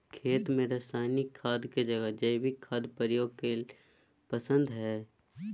खेत में रासायनिक खाद के जगह जैविक खाद प्रयोग कईल पसंद हई